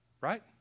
Right